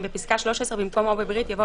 "(2) בפסקה (13) במקום "או בברית" יבוא